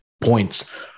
points